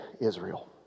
Israel